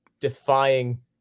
defying